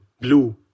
blue